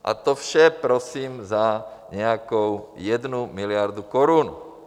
A to vše prosím za nějakou jednu miliardu korun.